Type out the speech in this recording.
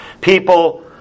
People